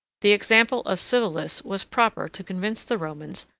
the example of civilis was proper to convince the romans,